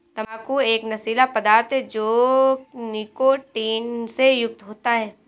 तंबाकू एक नशीला पदार्थ है जो निकोटीन से युक्त होता है